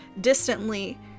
distantly